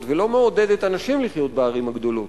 ולא מעודדת אנשים לחיות בערים הגדולות.